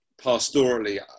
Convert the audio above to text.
pastorally